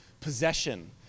possession